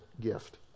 gift